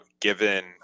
given –